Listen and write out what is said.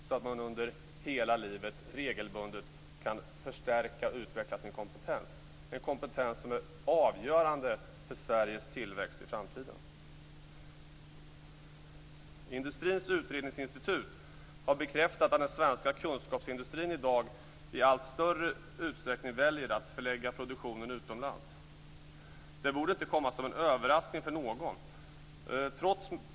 Då kan man under hela livet regelbundet förstärka och utveckla sin kompetens - en kompetens som är avgörande för Sveriges tillväxt i framtiden. Industrins utredningsinstitut har bekräftat att den svenska kunskapsindustrin i dag i allt större utsträckning väljer att förlägga produktionen utomlands. Det borde inte komma som en överraskning för någon.